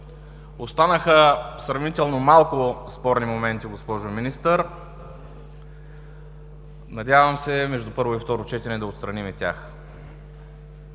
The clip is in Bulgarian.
Останаха сравнително малко спорни моменти, госпожо Министър. Надявам се между първо и второ четене да отстраним и тях.